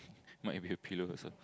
might be a pillow also